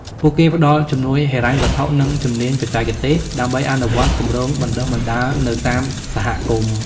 ពួកគេផ្តល់ជំនួយហិរញ្ញវត្ថុនិងជំនាញបច្ចេកទេសដើម្បីអនុវត្តគម្រោងបណ្តុះបណ្តាលនៅតាមសហគមន៍។